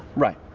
right.